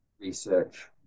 research